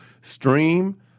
stream